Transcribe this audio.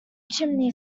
chimney